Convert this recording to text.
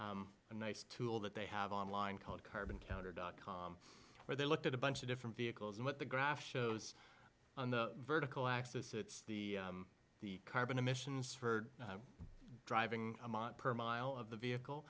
a nice tool that they have online called carbon counter dot com where they looked at a bunch of different vehicles and what the graph shows on the vertical axis it's the the carbon emissions for driving amount per mile of the vehicle